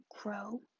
grow